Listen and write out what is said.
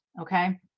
okay